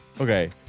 Okay